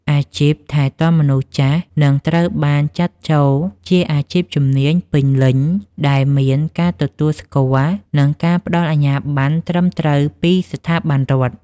អាជីពថែទាំមនុស្សចាស់នឹងត្រូវបានចាត់ចូលជាអាជីពជំនាញពេញលេញ ដែលមានការទទួលស្គាល់ និងការផ្តល់អាជ្ញាប័ណ្ណត្រឹមត្រូវពីស្ថាប័នរដ្ឋ។